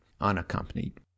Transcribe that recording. unaccompanied